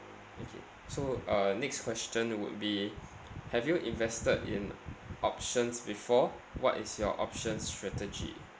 okay so uh next question would be have you invested in options before what is your options strategy